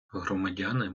громадяни